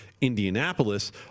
Indianapolis